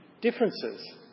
differences